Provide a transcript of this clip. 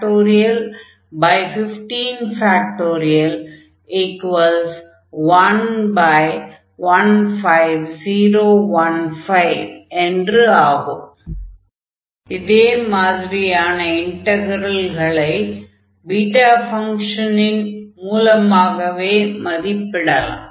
115015 இதே மதிரியான இன்டக்ரல்களை பீட்டா ஃபங்ஷனின் மூலமாகவே மதிப்பிடலாம்